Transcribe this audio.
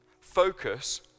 Focus